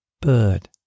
Bird